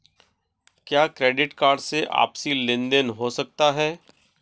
क्या credit card से आपसी लेनदेन हो सकता है?